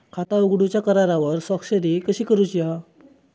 खाता उघडूच्या करारावर स्वाक्षरी कशी करूची हा?